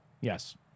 Yes